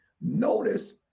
notice